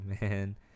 man